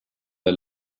der